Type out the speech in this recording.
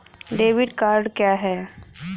Debit card क्या है?